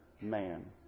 man